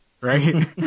right